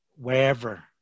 wherever